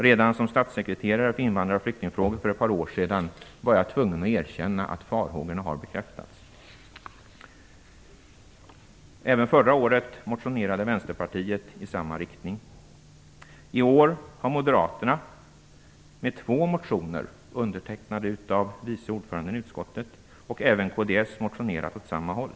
Redan som statssekreterare för invandrar och flyktingfrågor för ett par år sedan var jag tvungen att erkänna att farhågorna har bekräftats. Även förra året motionerade Vänsterpartiet i samma riktning. I år har Moderaterna med två motioner undertecknade av vice ordföranden i utskottet och även Kristdemokraterna motionerat i samma riktning.